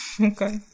Okay